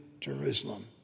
Jerusalem